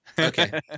Okay